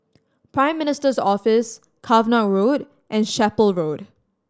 Prime Minister's Office Cavenagh Road and Chapel Road